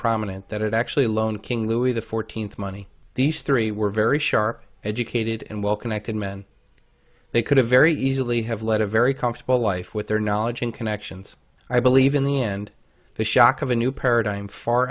prominent that actually loaned king louis the fourteenth money these three were very sharp educated and well connected men they could have very easily have led a very comfortable life with their knowledge and connections i believe in the end the shock of a new paradigm far